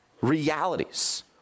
realities